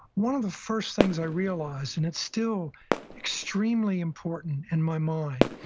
one of the first things i realized, and it's still extremely important in my mind,